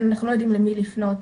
אנחנו לא יודעים למי לפנות,